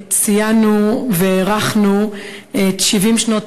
ציינו והערכנו בכנס חגיגי את 70 שנות